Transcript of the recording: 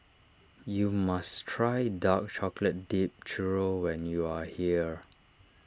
you must try Dark Chocolate Dipped Churro when you are here